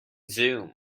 zoom